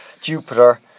Jupiter